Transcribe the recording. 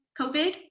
COVID